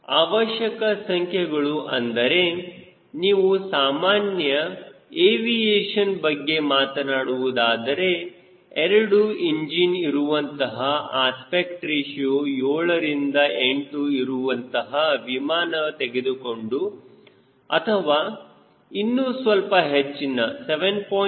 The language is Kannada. ಅವಶ್ಯಕ ಸಂಖ್ಯೆಗಳು ಅಂದರೆ ನೀವು ಸಾಮಾನ್ಯ ಎವಿಎಶನ್ ಬಗ್ಗೆ ಮಾತನಾಡುವುದಾದರೆ ಎರಡು ಎಂಜಿನ್ ಇರುವಂತಹ ಅಸ್ಪೆಕ್ಟ್ ರೇಶಿಯೋ 7 ರಿಂದ 8 ಇರುವಂತಹ ವಿಮಾನ ತೆಗೆದುಕೊಂಡು ಅಥವಾ ಇನ್ನು ಸ್ವಲ್ಪ ಹೆಚ್ಚಿನ 7